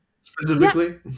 specifically